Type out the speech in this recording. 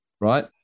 Right